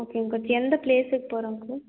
ஓகேங்க கோச் எந்த பிளேஸுக்கு போகிறோம் கோச்